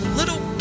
little